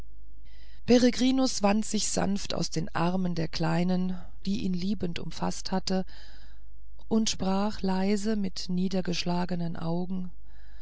peregrinus wand sich sanft aus den armen der kleinen die ihn liebend umfaßt hatte und sprach leise mit niedergeschlagenen augen